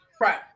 Right